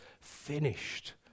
finished